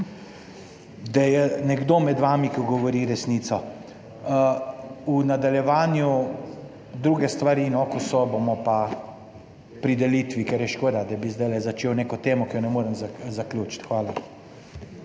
da je nekdo med vami, ki govori resnico. V nadaljevanju druge stvari, ko so, bomo pa pri delitvi, ker je škoda, da bi zdaj začel neko temo, ki je ne morem zaključiti. Hvala.